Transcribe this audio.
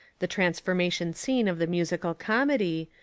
the transformation scene of the musical comedy,